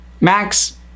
Max